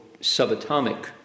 subatomic